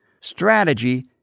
strategy